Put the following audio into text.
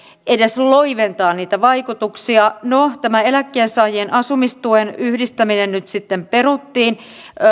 edes loiventaa niitä vaikutuksia no eläkkeensaajien asumistuen yhdistäminen peruttiin